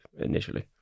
initially